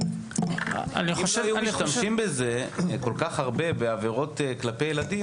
אם לא היו משתמשים בזה כל כך הרבה בעבירות כלפי ילדים,